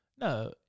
No